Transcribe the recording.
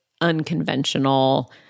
unconventional